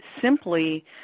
simply –